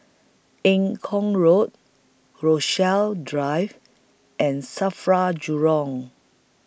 Eng Kong Road Rochalie Drive and SAFRA Jurong